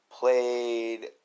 played